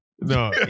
No